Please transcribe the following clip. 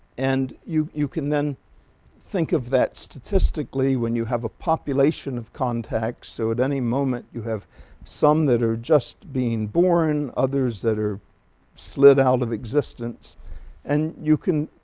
and you you can then think of that statistically when you have a population of contact so at any moment you have some that are just being born others that are slid out of existence and you can